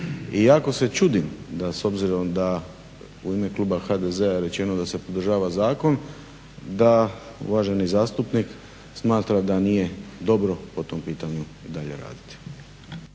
jako se čudim s obzirom da u ime kluba HDZ-a rečeno da se podržava zakon da uvaženi zastupnik smatra da nije dobro po tom pitanju i dalje raditi.